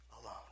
alone